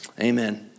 Amen